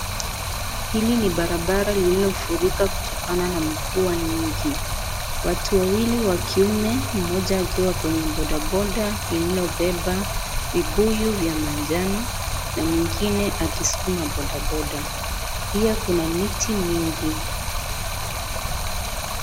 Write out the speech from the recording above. Hili ni barabara lililofurika kutokana na mvua nyingi. Watu wawili wa kiume mmoja akiwa kwenye bodaboda lililobeba vibuyu vya majano na mwingine akisukuma bodaboda, pia kuna miti mingi.